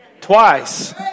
Twice